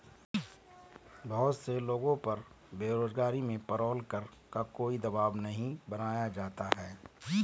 बहुत से लोगों पर बेरोजगारी में पेरोल कर का कोई दवाब नहीं बनाया जाता है